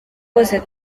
bose